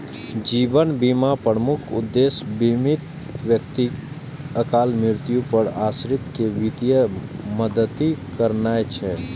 जीवन बीमाक प्रमुख उद्देश्य बीमित व्यक्तिक अकाल मृत्यु पर आश्रित कें वित्तीय मदति करनाय छै